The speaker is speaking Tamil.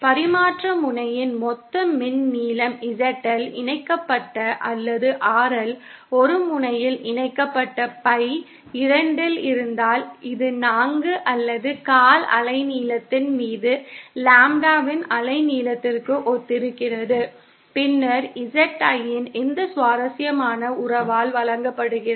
பரிமாற்ற முனையின் மொத்த மின் நீளம் ZL இணைக்கப்பட்ட அல்லது RL ஒரு முனையில் இணைக்கப்பட்ட பை 2 இல் இருந்தால் இது 4 அல்லது கால் அலைநீளத்தின் மீது லாம்ப்டாவின் அலைநீளத்திற்கு ஒத்திருக்கிறது பின்னர் ZIn இந்த சுவாரஸ்யமான உறவால் வழங்கப்படுகிறது